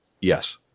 yes